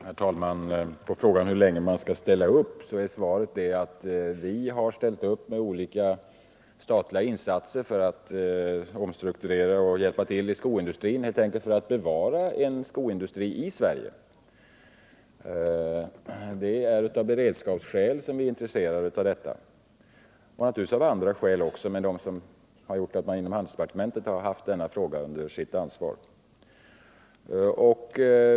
Herr talman! På frågan hur länge samhället skall ställa upp är svaret att vi har ställt upp med olika statliga insatser för att omstrukturera skoindustrin och på olika sätt hjälpa till helt enkelt därför att vi har velat bevara en skoindustri i Sverige. Det är av beredskapsskäl och naturligtvis också av andra skäl som vi är intresserade av detta. Det är därför som handelsdepar tementet har haft denna fråga under sitt ansvar.